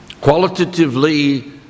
Qualitatively